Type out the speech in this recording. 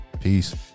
peace